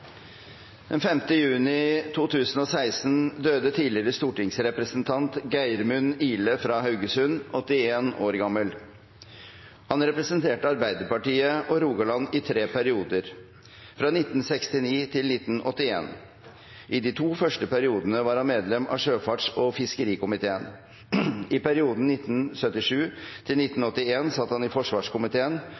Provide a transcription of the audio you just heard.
5. juni 2016 døde tidligere stortingsrepresentant Geirmund Ihle fra Haugesund, 81 år gammel. Han representerte Arbeiderpartiet og Rogaland i tre perioder, fra 1969 til 1981. I de to første periodene var han medlem av sjøfarts- og fiskerikomiteen. I perioden 1977 til 1981 satt han i forsvarskomiteen